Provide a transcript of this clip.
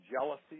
jealousy